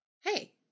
hey